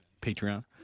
Patreon